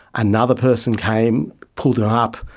another person came, pulled him up,